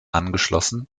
angeschlossen